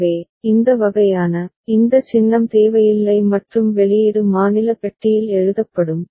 எனவே இந்த வகையான இந்த சின்னம் தேவையில்லை மற்றும் வெளியீடு மாநில பெட்டியில் எழுதப்படும்